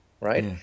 right